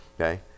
Okay